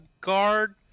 guard